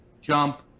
jump